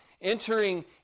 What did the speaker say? entering